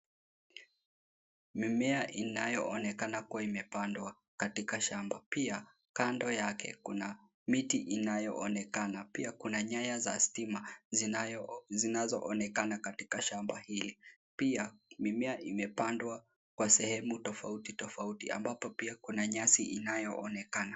Mimea inayoonekana kuwa imepandwa katika shamba. Pia kando yake kuna miti inayoonekana. Pia kuna nyaya za stima zinazoonekana katika shamba hili. Pia mimea imepandwa kwa sehemu tofauti tofauti ambapo pia kuna nyasi inayoonekana.